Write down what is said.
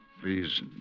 Please